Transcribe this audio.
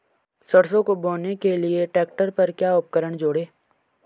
सरसों को बोने के लिये ट्रैक्टर पर क्या उपकरण जोड़ें?